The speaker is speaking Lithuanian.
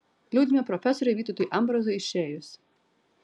liūdime profesoriui vytautui ambrazui išėjus